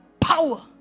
power